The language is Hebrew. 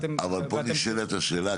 אבל פה נשאלת השאלה.